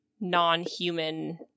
non-human